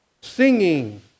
singing